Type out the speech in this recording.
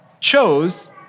chose